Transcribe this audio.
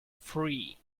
free